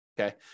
okay